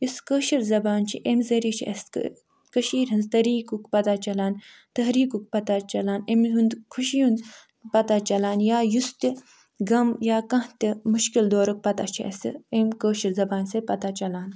یۄس کٲشِر زبان چھِ أمۍ ذٔریعہِ چھِ أسۍ کٲ کٔشیٖرِ ہٕنٛز تحریٖکُک پتا چلان تحریٖکُک پتا چلان أمۍ ہُنٛد خوشی ہُنٛد پتا چلان یا یُس تہِ غم یا کانٛہہ تہِ مُشکِل دورُک پتا چھِ اَسہِ أمۍ کٲشِر زبانہِ سۭتۍ پتا چلان